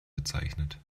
bezeichnet